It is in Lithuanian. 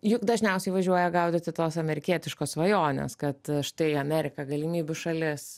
juk dažniausiai važiuoja gaudyti tos amerikietiškos svajonės kad štai amerika galimybių šalis